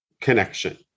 connection